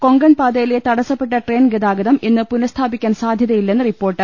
കൊങ്കൺപാതയിലെ തടസ്സപ്പെട്ട ട്രെയിൻഗതാഗതം ഇന്ന് പുനഃസ്ഥാപിക്കാൻ സാധ്യതയില്ലെന്ന് റിപ്പോർട്ട്